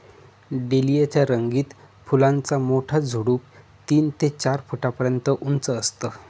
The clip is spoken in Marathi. डेलिया च्या रंगीत फुलांचा मोठा झुडूप तीन ते चार फुटापर्यंत उंच असतं